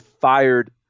fired